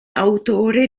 autore